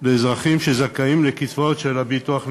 לאזרחים שזכאים לקצבאות של הביטוח הלאומי,